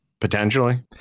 potentially